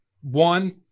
one